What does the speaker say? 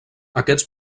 aquests